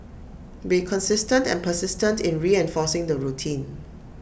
be consistent and persistent in reinforcing the routine